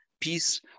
peace